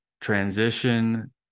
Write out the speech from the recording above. transition